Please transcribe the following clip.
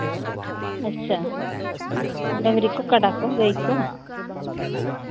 ᱟᱪᱪᱷᱟ ᱰᱟᱝᱨᱤ ᱠᱚ ᱠᱟᱰᱟ ᱠᱚ ᱜᱟᱹᱭ ᱠᱚ